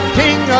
king